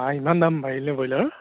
বা ইমান দাম বাঢ়িলে ব্ৰইলাৰৰ